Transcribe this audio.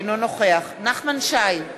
אינו נוכח נחמן שי,